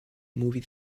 movie